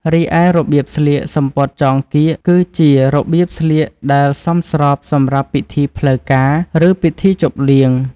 រីឯរបៀបស្លៀក សំពត់ចងកៀក គឺជារបៀបស្លៀកដែលសមស្របសម្រាប់ពិធីផ្លូវការឬពិធីជប់លៀង។